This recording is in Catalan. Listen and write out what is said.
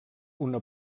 una